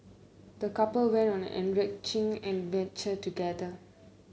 the couple went on an enriching adventure together